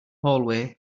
hallway